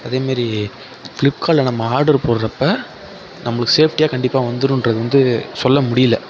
அதேமாதிரி ஃபிளிப்கார்ட்டில் நம்ம ஆர்டர் போடுறப்போ நம்பளுக்கு சேப்ட்டியாக கண்டிப்பாக வந்துருன்றது வந்து சொல்ல முடியலை